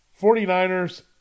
49ers